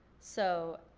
so,